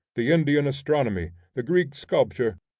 the indian astronomy, the greek sculpture,